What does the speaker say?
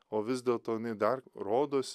o vis dėlto dar rodos